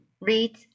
read